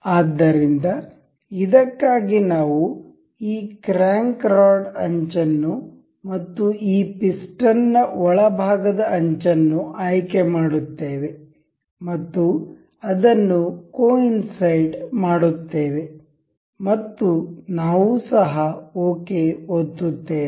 ಆದ್ದರಿಂದ ಇದಕ್ಕಾಗಿ ನಾವು ಈ ಕ್ರ್ಯಾಂಕ್ ರಾಡ್ ಅಂಚನ್ನು ಮತ್ತು ಈ ಪಿಸ್ಟನ್ ಒಳಭಾಗದ ಅಂಚನ್ನು ಆಯ್ಕೆ ಮಾಡುತ್ತೇವೆ ಮತ್ತು ಅದನ್ನು ಕೋ ಇನ್ಸೈಡ್ ಮಾಡುತ್ತೇವೆ ಮತ್ತು ನಾವು ಸಹ ಓಕೆ ಒತ್ತುತ್ತೇವೆ